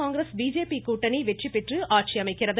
Congress BJP கூட்டணி வெற்றிபெற்று ஆட்சி அமைக்கிறது